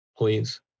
please